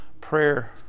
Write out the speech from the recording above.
prayer